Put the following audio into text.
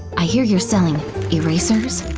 i hear you're selling erasers?